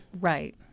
Right